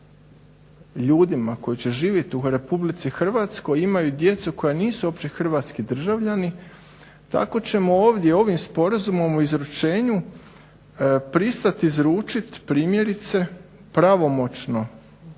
ljudima koji će živjeti u Republici Hrvatskoj imaju djecu koja nisu uopće hrvatski državljani, tako ćemo ovdje ovim Sporazumom o izručenju pristati izručiti primjerice pravomoćno